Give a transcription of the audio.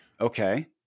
Okay